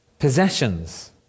possessions